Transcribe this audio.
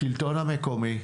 השלטון המקומי,